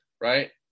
right